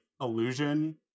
Illusion